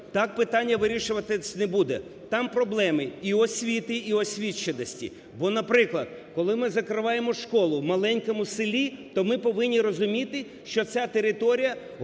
так питання вирішуватись не буде. Там проблеми і освіти, і освіченості. Бо, наприклад, коли ми закриваємо школу в маленькому селі, то ми повинні розуміти, що ця територія